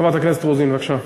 חברת הכנסת רוזין, בבקשה.